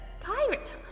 pirate